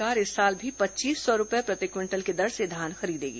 राज्य सरकार इस साल भी पच्चीस सौ रूपये प्रति क्विंटल की दर से धान खरीदेगी